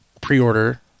pre-order